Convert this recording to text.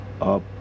up